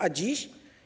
A dziś?